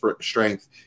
strength